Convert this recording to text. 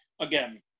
again